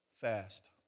fast